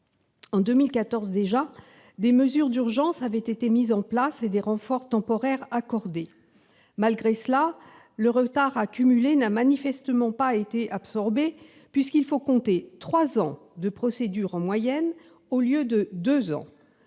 En 2014 déjà, des mesures d'urgence avaient été mises en place, et des renforts temporaires accordés. Malgré cela, le retard accumulé n'a manifestement pas été absorbé, puisqu'il faut compter en moyenne trois ans de procédure, au lieu de deux ans.